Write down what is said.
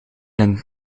een